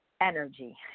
energy